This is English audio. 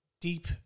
deep